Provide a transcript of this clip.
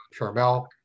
Charmel